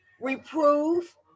reprove